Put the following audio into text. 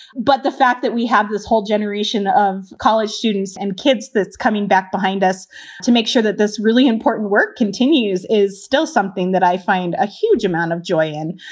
but the fact that we have this whole generation of college students and kids that's coming back behind us to make sure that this really important work continues is still something that i find a huge amount of joy in.